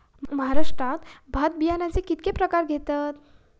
महाराष्ट्रात भात बियाण्याचे कीतके प्रकार घेतत?